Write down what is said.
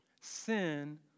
Sin